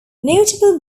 notable